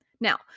Now